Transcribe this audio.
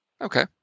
Okay